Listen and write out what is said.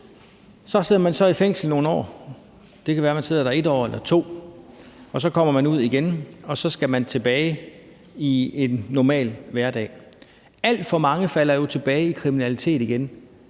Så sidder man i fængsel nogle år – det kan være, at man sidder der 1 år eller 2 år – så kommer man ud igen, og så skal man tilbage til en normal hverdag. Alt for mange falder jo tilbage i kriminalitet igen.